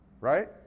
right